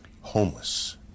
homeless